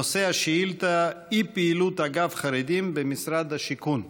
נושא השאילתה: אי-פעילות אגף חרדים במשרד השיכון.